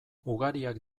ugariak